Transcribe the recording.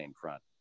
front